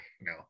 no